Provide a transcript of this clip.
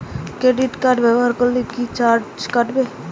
Credit card ব্যাবহার করলে কি চার্জ কাটবে?